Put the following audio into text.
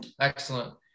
Excellent